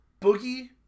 Boogie